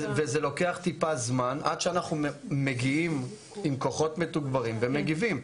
וזה לוקח טיפה זמן עד שאנחנו מגיעים עם כוחות מתוגברים ומגיבים.